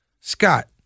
Scott